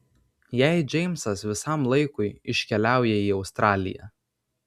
jei džeimsas visam laikui iškeliauja į australiją